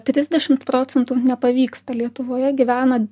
trisdešim procentų nepavyksta lietuvoje gyvena